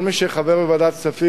כל מי שחבר בוועדת הכספים,